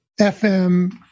FM